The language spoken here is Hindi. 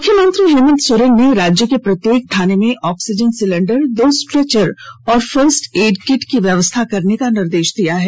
मुख्यमंत्री हेमंत सोरेन ने राज्य के प्रत्येक थाने में ऑक्सीजन सिलेंडर दो स्ट्रेचर और फर्स्ट एड किट की व्यवस्था करने का निर्देश दिया है